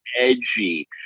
Edgy